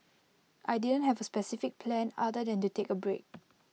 I didn't have A specific plan other than to take A break